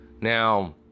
Now